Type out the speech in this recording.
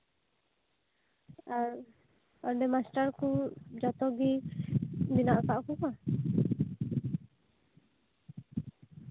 ᱟᱨ ᱚᱸᱰᱮ ᱢᱟᱥᱴᱟᱨ ᱠᱩ ᱡᱚᱛᱚ ᱜᱮ ᱢᱮᱱᱟᱜ ᱟᱠᱟᱫ ᱠᱩᱣᱟ